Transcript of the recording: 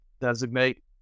designate